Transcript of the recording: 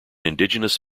indigenous